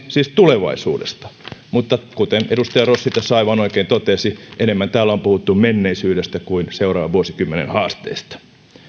siis tulevaisuudesta mutta kuten edustaja rossi tässä aivan oikein totesi enemmän täällä on puhuttu menneisyydestä kuin seuraavan vuosikymmenen haasteista